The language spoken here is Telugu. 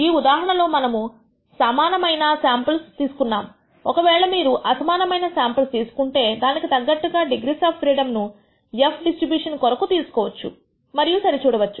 ఈ ఉదాహరణల లో మనకు సమానమైన శాంపుల్స్ ఉన్నాయి ఒకవేళ మీరు అసమానమైన శాంపుల్స్ తీసుకుంటే దానికి తగ్గట్టుగా డిగ్రీస్ ఆఫ్ ఫ్రీడమ్ ను f డిస్ట్రిబ్యూషన్ కొరకు తీసుకోవచ్చు మరియు సరి చూడవచ్చు